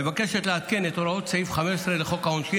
מבקשת לעדכן את הוראות סעיף 15 לחוק העונשין,